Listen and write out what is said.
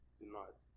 tonight